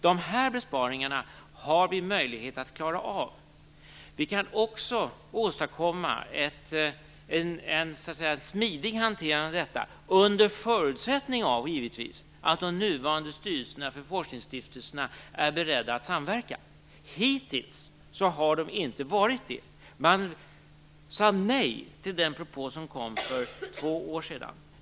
De här besparingarna har vi möjlighet att klara av. Vi kan också åstadkomma en smidig hantering av detta - under förutsättning givetvis att de nuvarande styrelserna för forskningsstiftelserna är beredda att samverka. Hittills har de inte varit det. Man sade nej till den propå som kom för två år sedan.